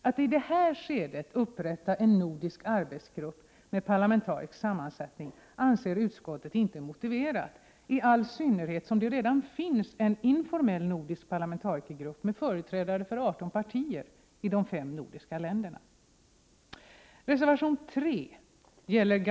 Att i detta skede upprätta en nordisk arbetsgrupp med parlamentarisk sammansättning anser utskottet inte motiverat, i all synnerhet som det redan finns en informell nordisk parlamentarikergrupp med företrädare för 18 partier i de fem nordiska länderna.